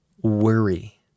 worry